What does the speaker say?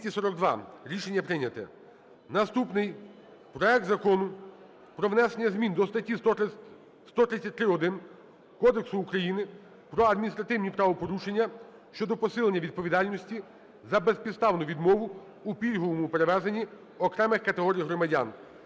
Рішення прийнято. Наступний. Проект Закону про внесення змін до статті 133-1 Кодексу України про адміністративні правопорушення щодо посилення відповідальності за безпідставну відмову у пільговому перевезенні окремих категорій громадян